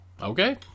Okay